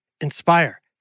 Inspire